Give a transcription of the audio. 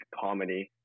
comedy